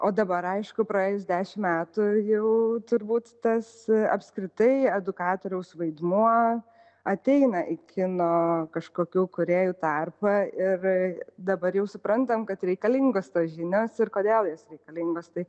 o dabar aišku praėjus dešim metų jau turbūt tas apskritai edukatoriaus vaidmuo ateina į kino kažkokių kūrėjų tarpą ir dabar jau suprantam kad reikalingos tos žinios ir kodėl jos reikalingos tai